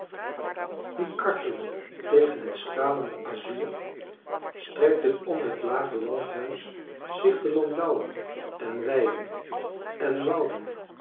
die kartelde tegen het stralende azuur strekten om het lage landhuis zich de landouwen en weiden en wouden